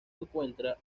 encuentra